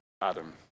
Adam